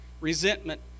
Resentment